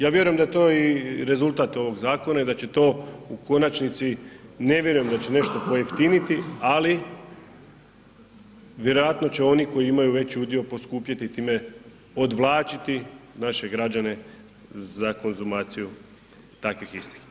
Ja vjerujem da je to i rezultat ovog zakona i da će to u konačnici, ne vjerujem da će nešto pojeftiniti ali vjerojatno će oni koji imaju veći udio poskupjeti i time odvlačiti naše građane za konzumaciju takvih istih.